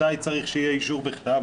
מתי צריך שיהיה אישור בכתב,